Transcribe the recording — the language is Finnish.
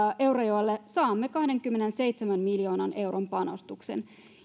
eurajoelle saamme kahdenkymmenenseitsemän miljoonan euron panostuksen